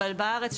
אבל בארץ,